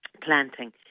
planting